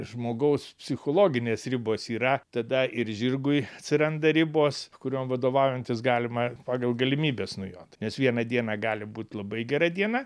žmogaus psichologinės ribos yra tada ir žirgui atsiranda ribos kuriom vadovaujantis galima pagal galimybes nujot nes vieną dieną gali būt labai gera diena